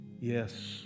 Yes